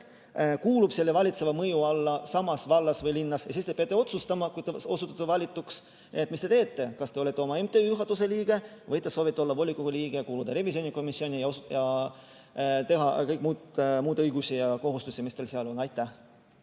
kuulub selle valitseva mõju alla samas vallas või linnas, ja siis te peate otsustama, kui te osutute valituks, mis te teete – kas te olete oma MTÜ juhatuse liige või te soovite olla volikogu liige, kuuluda revisjonikomisjoni ja omada kõiki muid õigusi ja kohustusi, mis teil seal on.